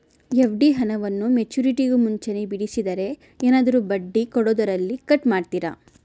FD ಹಣವನ್ನು ಮೆಚ್ಯೂರಿಟಿಗೂ ಮುಂಚೆನೇ ಬಿಡಿಸಿದರೆ ಏನಾದರೂ ಬಡ್ಡಿ ಕೊಡೋದರಲ್ಲಿ ಕಟ್ ಮಾಡ್ತೇರಾ?